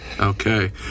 Okay